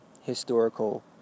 historical